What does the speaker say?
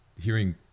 hearing